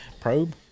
Probe